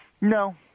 No